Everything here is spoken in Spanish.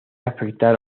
afectar